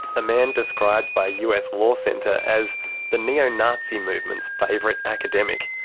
a man described by a us law centre as the neo-nazi movement's favourite academic.